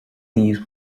these